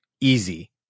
Easy